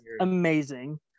amazing